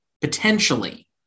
potentially